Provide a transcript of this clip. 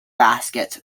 baskets